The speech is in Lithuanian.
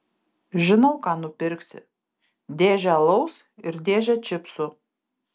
žinau ką nupirksi dėžę alaus ir dėžę čipsų